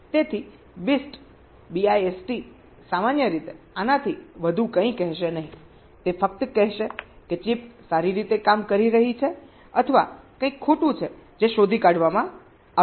તેથી BIST સામાન્ય રીતે આનાથી વધુ કંઇ કહેશે નહીં તે ફક્ત કહેશે કે ચિપ સારી રીતે કામ કરી રહી છે અથવા કંઈક ખોટું છે જે શોધી કાઢવામાં આવ્યું છે